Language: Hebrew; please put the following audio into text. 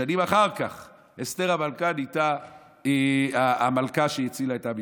ושנים אחר כך אסתר המלכה נהייתה המלכה שהצילה את עם ישראל.